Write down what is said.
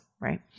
right